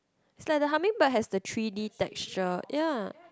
is like the hummingbird has the three-D texture ya